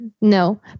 No